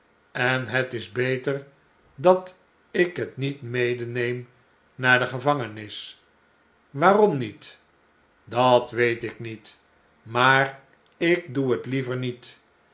en het is beter dat ik het niet medeneem naar de gevangenis waarom niet dat weet ik niet maar ik doe het liever niet